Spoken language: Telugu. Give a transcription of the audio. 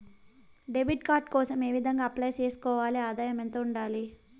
డెబిట్ కార్డు కోసం ఏ విధంగా అప్లై సేసుకోవాలి? ఆదాయం ఎంత ఉండాలి?